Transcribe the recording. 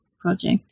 project